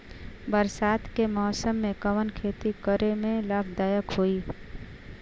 बरसात के मौसम में कवन खेती करे में लाभदायक होयी?